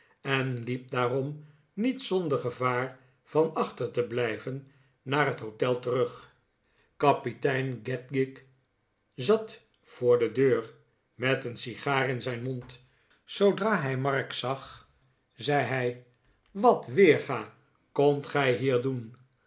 en liep daarom niet zonder gevaar van achter te blijven naar het hotel terug kapitein kedgick zat voor de deur met een sigaar in zijn mond zoodra hij mark zag zei hij wat weerga komt gij hier doen